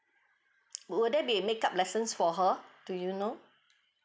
will there be a make up lessons for her do you know